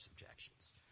objections